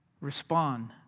respond